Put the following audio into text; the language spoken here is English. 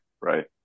right